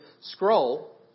scroll